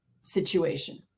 situation